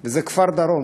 וזה כפר-דרום.